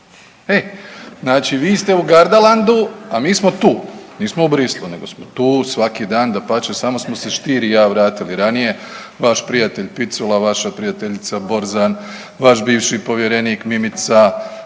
e, znači vi ste u Gardalandu, a mi smo tu, nismo u Bruxellesu nego smo tu svaki dan, dapače, samo smo ste Stier i ja vratili ranije, vaš prijatelj Picula, vaša prijateljica Borzan, vaš bivši povjerenik Mimica,